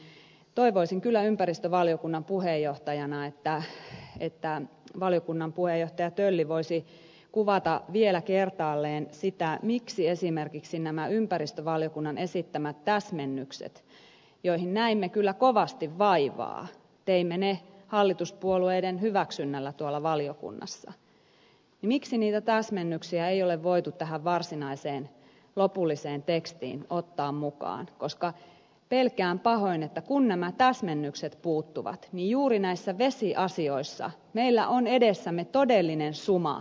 viitamieskin toivoisin kyllä ympäristövaliokunnan puheenjohtajana että valiokunnan puheenjohtaja tölli voisi kuvata vielä kertaalleen sitä miksi esimerkiksi näitä ympäristövaliokunnan esittämiä täsmennyksiä joihin näimme kyllä kovasti vaivaa teimme ne hallituspuolueiden hyväksynnällä tuolla valiokunnassa ei ole voitu tähän varsinaiseen lopulliseen tekstiin ottaa mukaan koska pelkään pahoin että kun nämä täsmennykset puuttuvat niin juuri näissä vesiasioissa meillä on edessämme todellinen suma